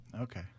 Okay